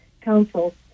council